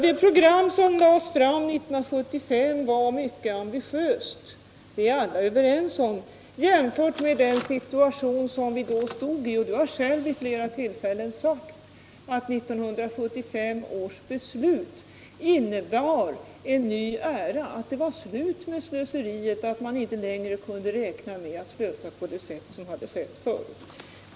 Det program som lades fram 1975 var mycket ambitiöst — det var alla överens om — med tanke på den situation som vi då befann oss i. Du, Olof Johansson, har vid flera tillfällen sagt att 1975 års beslut innebar en ny era, att det innebar ett slut med slöseriet, att man inte längre kunde räkna med att slösa på det sätt som hade skett tidigare.